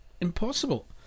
impossible